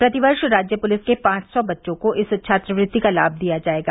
प्रति वर्ष राज्य पुलिस के पांच सौ बच्चों को इस छात्रवृत्ति का लाभ दिया जाएगा